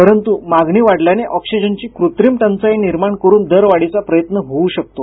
परंतु मागणी वाढल्याने ऑक्सिजनची कृत्रिम टंचाई निर्माण करून दरवाढीचा प्रयत्न होवू शकतो